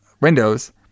windows